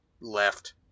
left